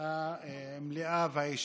המליאה והישיבה.